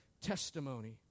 testimony